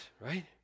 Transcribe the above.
right